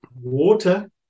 water